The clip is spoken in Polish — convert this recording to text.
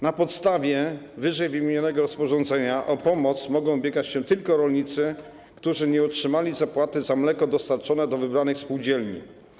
Na podstawie ww. rozporządzenia o pomoc mogą ubiegać się tylko rolnicy, którzy nie otrzymali zapłaty za mleko dostarczone do wybranej spółdzielni.